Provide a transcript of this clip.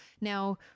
now